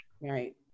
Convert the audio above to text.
Right